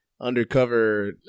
undercover